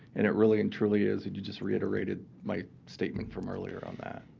and it really and truly is. and you just reiterated my statement from earlier on that.